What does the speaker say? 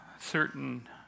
certain